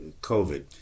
COVID